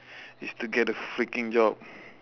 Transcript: is to get a freaking job